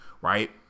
right